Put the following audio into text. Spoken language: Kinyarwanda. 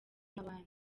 nk’abandi